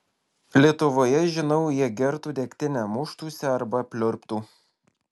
lietuvoje žinau jie gertų degtinę muštųsi arba pliurptų